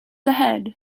ahead